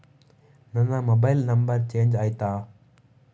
ನನ್ನ mobile number change ಆಯ್ತಾ?